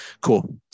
Cool